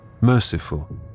merciful